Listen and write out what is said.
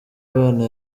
abana